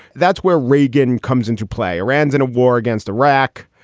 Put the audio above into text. that's where reagan comes into play. iran's in a war against iraq.